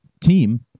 team